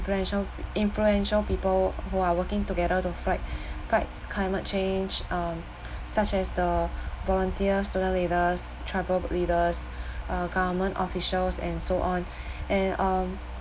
influential influential people who are working together to fright fight climate change uh such as the volunteers student leaders tribal leaders government officials and so on and um